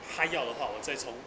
还要的话我在从